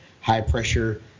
high-pressure